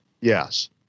Yes